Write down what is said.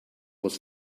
was